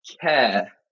care